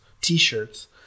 t-shirts